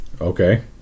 Okay